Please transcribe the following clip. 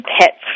pets